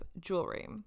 jewelry